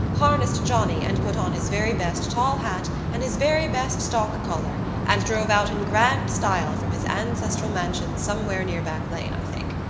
harnessed johnny and put on his very best tall hat and his very best stock collar and drove out in grand style from his ancestral mansion somewhere near back lane, i think.